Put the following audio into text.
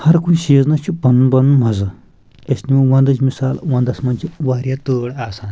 ہر کُنہِ سیٖزنَس چھُ پَنُن پَنُن مَزٕ أسۍ نِمو ونٛدٕچ مِثال ونٛدس منٛز چھِ واریاہ تۭر آسان